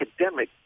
academic